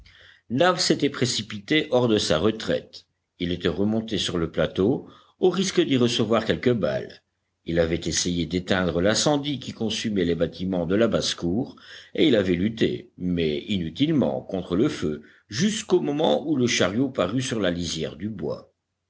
nab s'était précipité hors de sa retraite il était remonté sur le plateau au risque d'y recevoir quelque balle il avait essayé d'éteindre l'incendie qui consumait les bâtiments de la bassecour et il avait lutté mais inutilement contre le feu jusqu'au moment où le chariot parut sur la lisière du bois